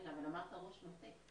כן, אבל אמרת ראש מטה.